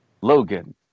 Logan